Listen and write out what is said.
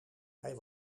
hij